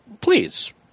please